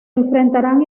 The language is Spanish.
enfrentarán